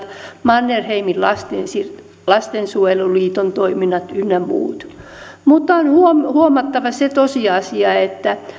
mannerheimin lastensuojeluliiton toiminnat ynnä muut on huomattava se tosiasia että